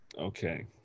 Okay